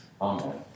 Amen